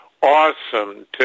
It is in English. Awesome